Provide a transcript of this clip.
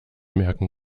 merken